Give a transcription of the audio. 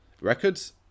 Records